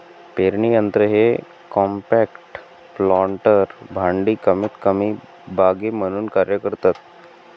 पेरणी यंत्र हे कॉम्पॅक्ट प्लांटर भांडी कमीतकमी बागे म्हणून कार्य करतात